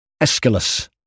Aeschylus